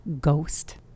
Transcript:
Ghost